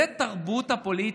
זאת התרבות הפוליטית?